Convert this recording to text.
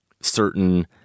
certain